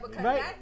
right